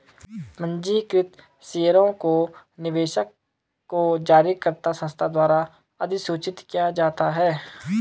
पंजीकृत शेयरों के निवेशक को जारीकर्ता संस्था द्वारा अधिसूचित किया जाता है